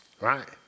Right